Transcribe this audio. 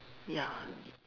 ya